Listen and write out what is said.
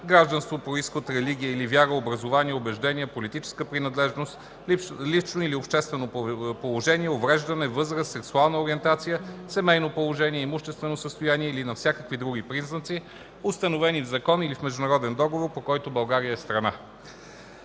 гражданство, произход, религия или вяра, образование, убеждения, политическа принадлежност, лично или обществено положение, увреждане, възраст, сексуална ориентация, семейно положение, имуществено състояние или на всякакви други признаци, установени в закон или в международен договор, по който Република България е страна”.